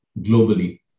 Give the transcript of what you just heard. globally